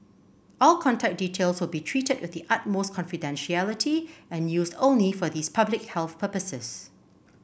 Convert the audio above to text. all contact details will be treated with the utmost confidentiality and used only for these public health purposes